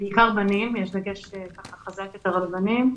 בעיקר בנים ויש דגש חזק יותר אצל הבנים.